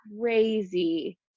crazy